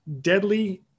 deadly